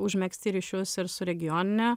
užmegzti ryšius ir su regionine